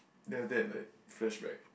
then after that like flash back